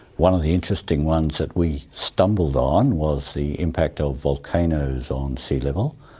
one of the interesting ones that we stumbled on was the impact of volcanoes on sea-level.